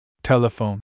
Telephone